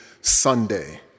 Sunday